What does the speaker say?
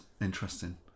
interesting